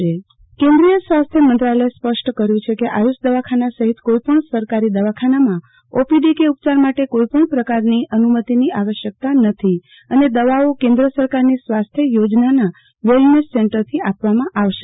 આરતી ભદ્દ સ્વાસ્થ્ય મંત્રાલય કેન્દ્રીય સ્વાસ્થ્ય મંત્રાલય સ્પષ્ટ કર્યું છે કે આયુષ દવાખાના સહિત કોઈપણ સરકારી દવાખાનામાં ઓપીડી કે ઉપચાર માટે કોઈપણ પ્રકારની અનુમતિની આવશ્યકતા નથી અને દવાઓ કેન્દ્ર સરકારની સ્વાસ્થ્ય યોજનાના વેલનેસ સેટરથી આપવામાં આવશે